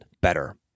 better